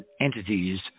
entities